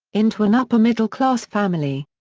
into an upper-middle-class family.